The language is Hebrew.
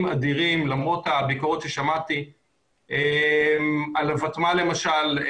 אדירים למרות הביקורות ששמעתי על הוותמ"ל למשל.